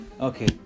Okay